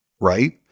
right